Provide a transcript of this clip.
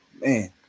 man